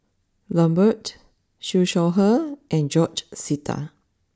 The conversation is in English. Lambert Siew Shaw Her and George Sita